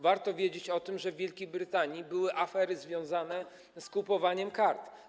Warto wiedzieć o tym, że w Wielkiej Brytanii były afery związane z kupowaniem kart.